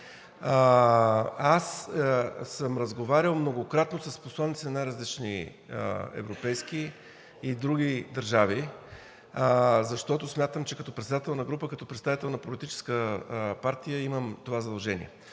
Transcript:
Аз съм разговарял многократно с посланици на най-различни европейски и други държави, защото смятам, че като председател на група, като представител на политическа партия имам това задължение.